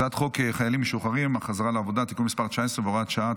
הצעת חוק החיילים המשוחררים (החזרה לעבודה) (תיקון מס' 19 והוראת שעה),